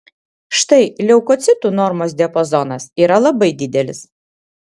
štai leukocitų normos diapazonas yra labai didelis